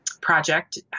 project